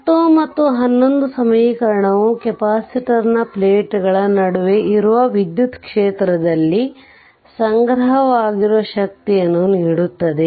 10 ಮತ್ತು 11 ಸಮೀಕರಣವು ಕೆಪಾಸಿಟರ್ನ ಪ್ಲೇಟ್ ಗಳ ನಡುವೆ ಇರುವ ವಿದ್ಯುತ್ ಕ್ಷೇತ್ರದಲ್ಲಿ ಸಂಗ್ರಹವಾಗಿರುವ ಶಕ್ತಿಯನ್ನು ನೀಡುತ್ತದೆ